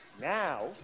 Now